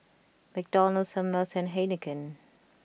McDonald's Ameltz and Heinekein